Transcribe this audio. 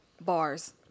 Bars